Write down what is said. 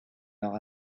leur